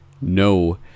no